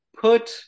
put